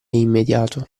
immediato